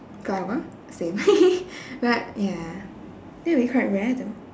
fly over same but ya that will be quite rare though